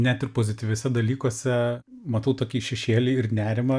net ir pozityviuose dalykuose matau tokį šešėlį ir nerimą